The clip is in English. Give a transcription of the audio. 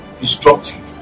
destructive